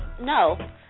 no